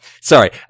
Sorry